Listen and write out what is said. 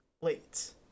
late